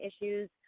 issues